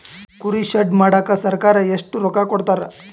ಕುರಿ ಶೆಡ್ ಮಾಡಕ ಸರ್ಕಾರ ಎಷ್ಟು ರೊಕ್ಕ ಕೊಡ್ತಾರ?